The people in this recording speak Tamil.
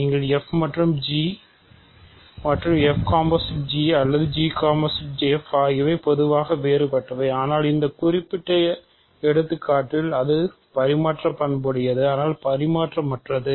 நீங்கள் f மற்றும் g மற்றும் f ° g அல்லது g o f ஆகியவை பொதுவாக வேறுபட்டது ஆனால் இந்த குறிப்பிட்ட எடுத்துக்காட்டில் அதன் பரிமாற்ற பண்புடையது